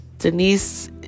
Denise